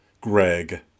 Greg